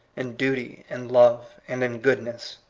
in duty, in love, and in goodness,